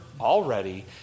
already